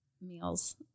meals